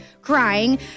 crying